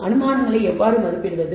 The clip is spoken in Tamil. அனுமானங்களை எவ்வாறு மதிப்பிடுவது